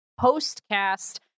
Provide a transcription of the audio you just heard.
postcast